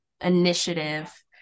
initiative